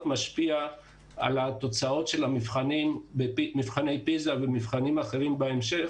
משפיע על התוצאות של מבחני פיזה ומבחנים אחרים בהמשך